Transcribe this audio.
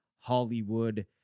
Hollywood